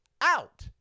out